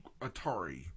Atari